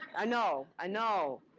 i know, i know.